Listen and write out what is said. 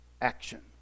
action